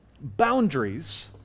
boundaries